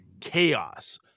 chaos